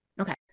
Okay